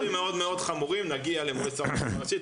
במקרים מאוד מאוד חמורים נגיע למועצת הרבנות הראשית,